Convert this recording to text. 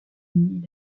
une